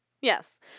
Yes